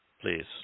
please